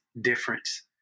difference